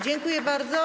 Dziękuję bardzo.